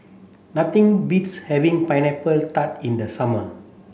nothing beats having pineapple tart in the summer